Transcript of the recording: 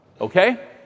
okay